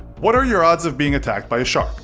what are your odds of being attacked by a shark?